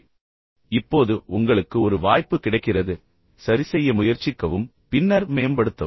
எனவே இப்போது உங்களுக்கு ஒரு வாய்ப்பு கிடைக்கிறது எனவே சரிசெய்ய முயற்சிக்கவும் பின்னர் மேம்படுத்தவும்